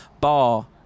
bar